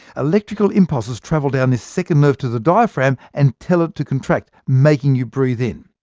electrical impulses travel down this second nerve to the diaphragm and tell it to contract, making you breathe in.